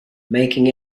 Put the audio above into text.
making